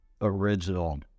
original